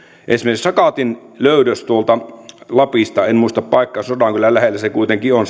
esimerkiksi sakatin löydös tuolta lapista en muista paikkaa sodankylän lähellä se kuitenkin on